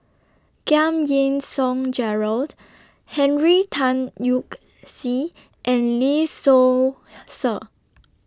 Giam Yean Song Gerald Henry Tan Yoke See and Lee Seow Ser